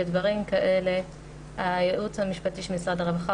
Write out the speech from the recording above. בדברים כאלה הייעוץ המשפטי של משרד הרווחה